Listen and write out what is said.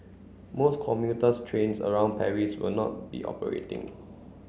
most commuters trains around Paris will not be operating